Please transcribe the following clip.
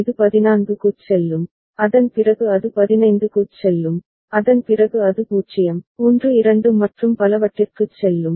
இது 14 க்குச் செல்லும் அதன் பிறகு அது 15 க்குச் செல்லும் அதன் பிறகு அது 0 1 2 மற்றும் பலவற்றிற்குச் செல்லும்